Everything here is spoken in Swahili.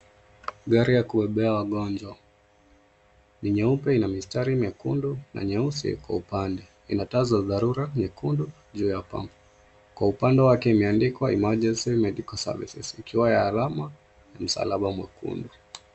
Gari ya kubebea wagonjwa, ni nyeupe ina mistari miekundu na nyeusi kwa upande, ina taa za dharura nyekundu juu ya paa. Kwa upande wake imeandikwa emergency medical services ikiwa ya alama ya msalaba mwekundu.